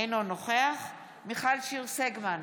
אינו נוכח מיכל שיר סגמן,